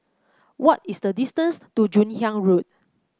what is the distance to Joon Hiang Road